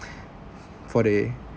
for the